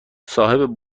صاحب